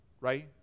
Right